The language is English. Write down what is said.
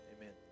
amen